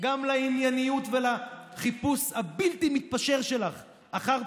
גם לענייניות ולחיפוש הבלתי-מתפשר שלך אחר,